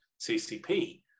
CCP